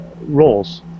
roles